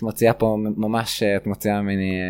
ממש את מוציאה פה ממש את מוציאה מני.